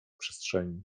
przestrzeni